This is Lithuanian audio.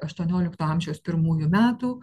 aštuoniolikto amžiaus pirmųjų metų